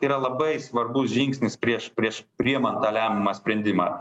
yra labai svarbus žingsnis prieš prieš priimant tą lemiamą sprendimą